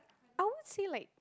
I won't say like